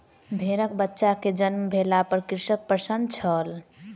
भेड़कबच्चा के जन्म भेला पर कृषक प्रसन्न छल